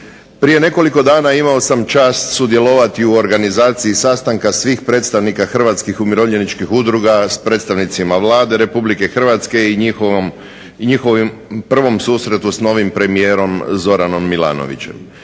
Prije nekoliko dana imao sam čast sudjelovati u organizaciji sastanka svih predstavnika hrvatskih umirovljeničkih udruga sa predstavnicima Vlade Republike Hrvatske i njihovim prvom susretu s novim premijerom Zoranom Milanovićem.